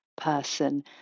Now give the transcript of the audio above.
person